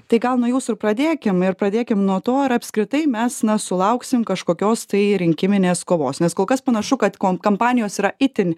tai gal nuo jūsų ir pradėkim ir pradėkim nuo to ar apskritai mes na sulauksim kažkokios tai rinkiminės kovos nes kol kas panašu kad ko kampanijos yra itin